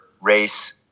race